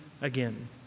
again